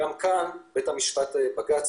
גם בג"ץ,